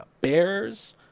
Bears